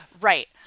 right